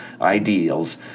ideals